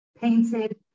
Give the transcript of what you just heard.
painted